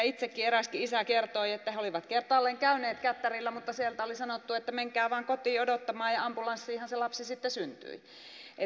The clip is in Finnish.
itse eräskin isä kertoi että he olivat kertaalleen käyneet kättärillä mutta sieltä oli sanottu että menkää vain kotiin odottamaan ja ambulanssiinhan se lapsi sitten syntyi